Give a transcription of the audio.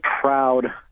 proud